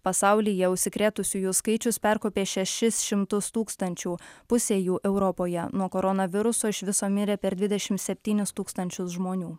pasaulyje užsikrėtusiųjų skaičius perkopė šešis šimtus tūkstančių pusė jų europoje nuo koronaviruso iš viso mirė per dvidešimt septynis tūkstančius žmonių